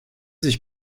sich